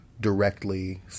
directly